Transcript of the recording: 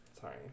sorry